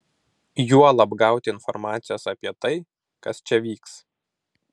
juolab gauti informacijos apie tai kas čia vyks